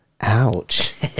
Ouch